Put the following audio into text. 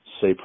say